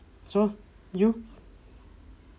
so you